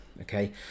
okay